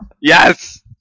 yes